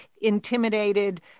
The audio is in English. intimidated